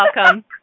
welcome